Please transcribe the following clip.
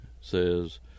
says